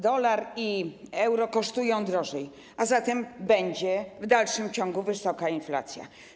Dolar i euro kosztują więcej, a zatem będzie w dalszym ciągu wysoka inflacja.